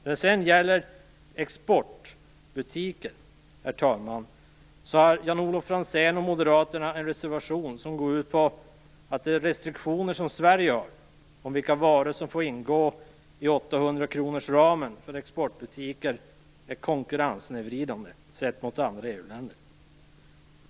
När det sedan gäller exportbutiker, herr talman, har Jan-Olof Franzén och Moderaterna en reservation som går ut på att de restriktioner som Sverige har när det gäller vilka varor som får ingå i exportbutikernas åttahundrakronorsram är konkurrenssnedvridande gentemot andra EU-länder.